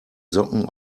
socken